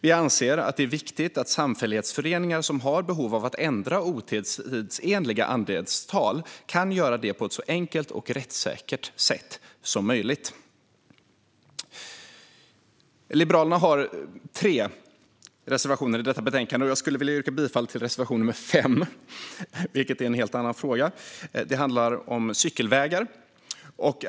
Vi anser att det är viktigt att samfällighetsföreningar som har behov av att ändra otidsenliga andelstal kan göra det på ett så enkelt och rättssäkert sätt som möjligt. Liberalerna har tre reservationer i betänkandet. Jag skulle vilja yrka bifall till reservation 5, vilken rör en helt annan fråga. Den handlar om cykelvägar.